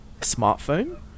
smartphone